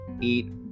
eat